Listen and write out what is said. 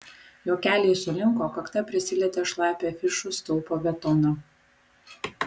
jo keliai sulinko kakta prisilietė šlapią afišų stulpo betoną